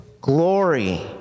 glory